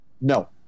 No